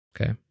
Okay